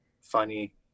funny